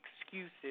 excuses